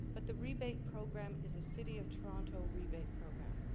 but the rebate program is a city of toronto rebate program.